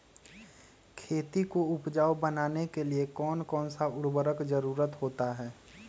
खेती को उपजाऊ बनाने के लिए कौन कौन सा उर्वरक जरुरत होता हैं?